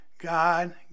God